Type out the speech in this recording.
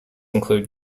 include